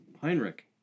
Heinrich